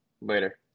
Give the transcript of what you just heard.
later